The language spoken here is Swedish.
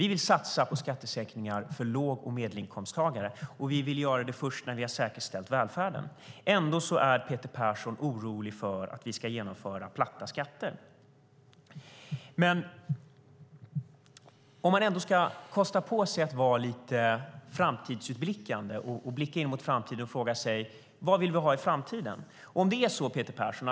Vi vill satsa på skattesänkningar för låg och medelinkomsttagare, och vi vill göra det först när vi har säkerställt välfärden. Ändå är Peter Persson orolig för att vi ska genomföra platta skatter. Låt oss ändå vara lite framtidsutblickande och fråga oss vad vi vill ha i framtiden, Peter Persson.